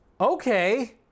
okay